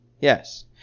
Yes